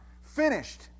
Finished